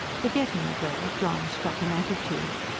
forgetting the bell john struck an attitude.